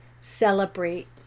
celebrate